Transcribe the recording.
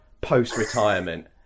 post-retirement